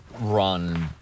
run